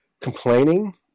complaining